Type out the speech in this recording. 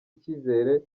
icyizere